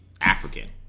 African